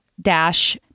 dash